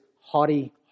haughty